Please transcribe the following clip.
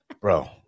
bro